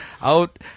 out